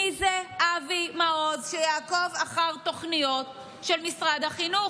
מי זה אבי מעוז שיעקוב אחר תוכניות של משרד החינוך?